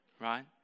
right